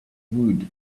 wood